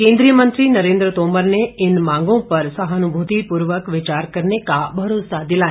केंद्रीय मंत्री नरेन्द्र तोमर ने इन मांगों पर सहानुभूतिपूर्वक विचार करने का आश्वासन दिया है